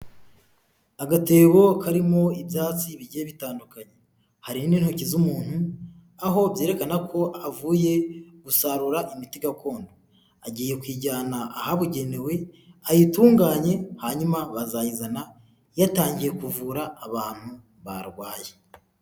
Agatebo karimo ibyatsi bigiye bitandukanye, hariho n'intoki z'umuntu, aho byerekana ko avuye gusarura imiti gakondo, agiye kuyijyana ahabugenewe ayitunganye hanyuma bazayizana yatangiye kuvura abantu barwaye.